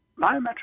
biometric